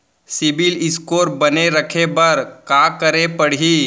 CIBIL score बने रखे बर का करे पड़ही?